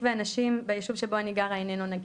מקווה הנשים ביישוב שבו אני גרה איננו נגיש.